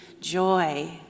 joy